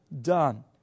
done